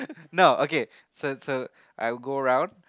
no okay so so I'll go round